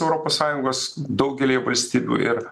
europos sąjungos daugelyje valstybių ir